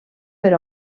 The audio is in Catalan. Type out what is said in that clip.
per